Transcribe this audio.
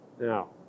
Now